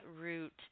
root